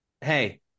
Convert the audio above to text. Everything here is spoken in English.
hey